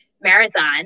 marathon